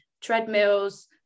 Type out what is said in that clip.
treadmills